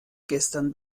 gestern